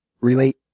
relate